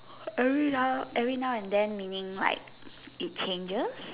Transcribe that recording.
every now and then meaning like it changes